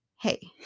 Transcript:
Hey